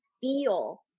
feel